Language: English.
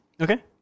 Okay